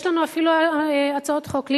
יש לנו אפילו הצעות חוק,